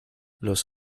los